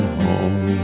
home